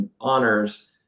honors